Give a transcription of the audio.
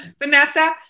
vanessa